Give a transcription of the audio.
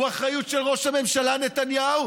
הוא אחריות של ראש הממשלה נתניהו,